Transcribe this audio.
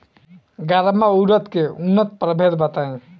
गर्मा उरद के उन्नत प्रभेद बताई?